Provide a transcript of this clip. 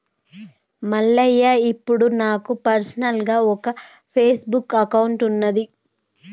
మల్లయ్య ఇప్పుడు నాకు పర్సనల్గా ఒక ఫేస్బుక్ అకౌంట్ ఉన్నది